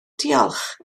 diolch